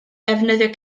defnyddio